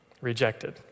rejected